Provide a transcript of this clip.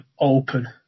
open